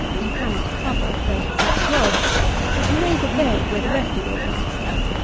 you cannot cover thirty six rods but you may the bed where the rest of your plants are.